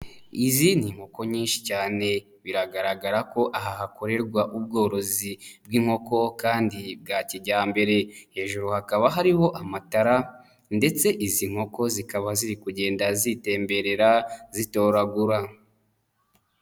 Izi ni inkoko nyinshi cyane. Biragaragara ko aha hakorerwa ubworozi bw'inkoko kandi bwa kijyambere, hejuru hakaba hariho amatara ndetse izi nkoko zikaba ziri kugenda zitemberera zitoragura.